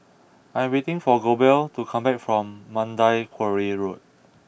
I am waiting for Goebel to come back from Mandai Quarry Road